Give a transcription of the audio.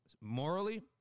Morally